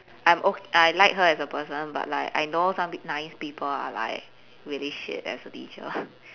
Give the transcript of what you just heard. I'm o~ I like her as a person but like I know some pe~ nice people are like really shit as a teacher